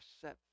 set